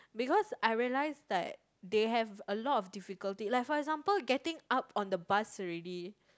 because I realize that they have a lot of difficulty like for example getting up on the bus already